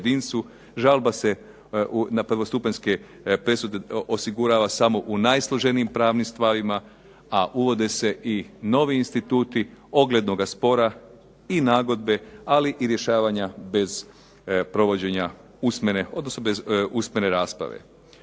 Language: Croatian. žalba se na prvostupanjske presude osigurava samo u najsloženijim pravnim stvarima, a uvode se i novi instituti oglednoga prava i nagodbe, ali i rješavanja bez provođenja usmene,